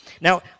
Now